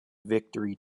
victory